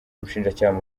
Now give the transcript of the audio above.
umushinjacyaha